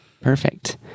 Perfect